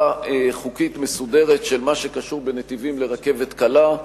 חוקית של מה שקשור בנתיבים לרכבת קלה,